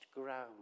ground